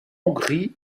hongrie